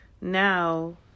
now